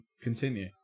continue